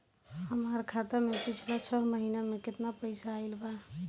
हमरा खाता मे पिछला छह महीना मे केतना पैसा आईल बा?